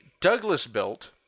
Douglas-built